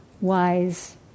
wise